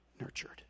nurtured